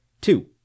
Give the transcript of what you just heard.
Two